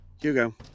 Hugo